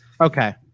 Okay